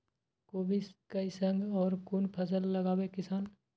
कोबी कै संग और कुन फसल लगावे किसान?